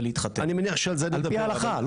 ולהתחתן על-פי ההלכה.